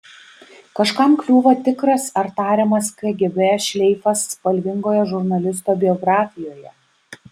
kažkam kliūva tikras ar tariamas kgb šleifas spalvingoje žurnalisto biografijoje